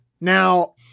Now